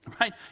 Right